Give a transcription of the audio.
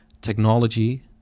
technology